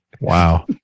wow